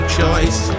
choice